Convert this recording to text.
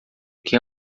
que